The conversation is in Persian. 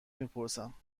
میپرسم